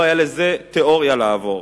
לא היה לזה תיאוריה לעבור.